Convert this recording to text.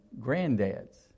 granddads